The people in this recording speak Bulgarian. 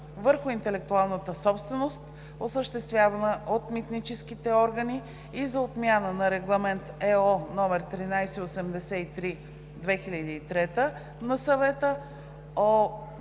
върху интелектуалната собственост, осъществявана от митническите органи, и за отмяна на Регламент (ЕО) № 1383/2003 на Съвета (OB, L 181/15 от